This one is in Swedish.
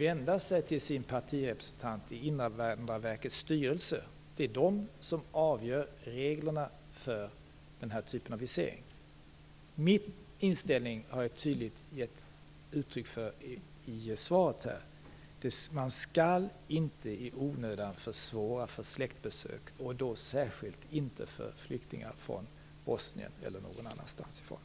vända sig till sin partirepresentant i Invandrarverkets styrelse. Den är den som avgör reglerna för den här typen av visering. Min inställning har jag tydligt gett uttryck för i mitt svar. Man skall inte i onödan försvåra släktbesök, särskilt inte för flyktingar från Bosnien eller något annat håll.